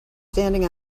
standing